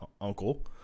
uncle